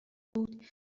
بود